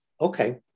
Okay